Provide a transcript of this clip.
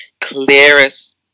clearest